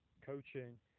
coaching